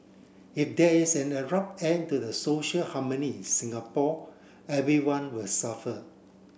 if there is an abrupt end to the social harmony in Singapore everyone will suffer